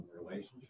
relationship